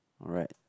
alright